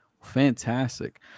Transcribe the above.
Fantastic